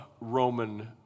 Roman